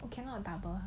cannot double